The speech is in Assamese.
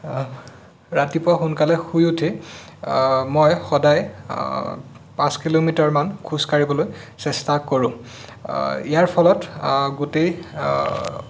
ৰাতিপুৱা সোনকালে শুই উঠি মই সদায় পাঁচ কিলোমিটাৰমান খোজকাঢ়িবলৈ চেষ্টা কৰোঁ ইয়াৰ ফলত গোটেই